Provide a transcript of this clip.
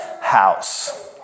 House